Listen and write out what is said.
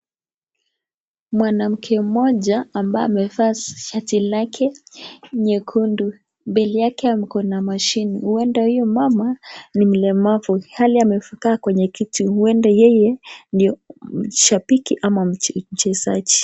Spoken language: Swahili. Mwanamke mmoja ambaye amevaa shati lake nyekundu, mbele yake akona mashine, uenda huyo mama ni mlemavu, ilhali amekaa kwenye kiti, uenda yeye ndio shabiki ama mchezaji.